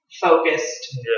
focused